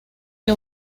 que